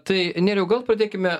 tai nerijau gal pradėkime